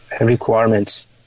requirements